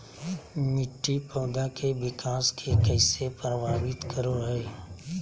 मिट्टी पौधा के विकास के कइसे प्रभावित करो हइ?